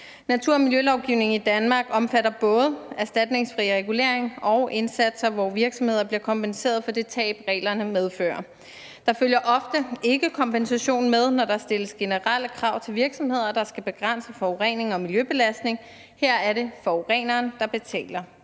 Natur- og miljølovgivningen i Danmark omfatter både erstatningsfri regulering og indsatser, hvor virksomheder bliver kompenseret for det tab, reglerne medfører. Der følger ofte ikke kompensation med, når der stilles generelle krav til virksomheder, der skal begrænse forurening og miljøbelastning. Her er det forureneren, der betaler.